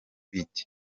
beat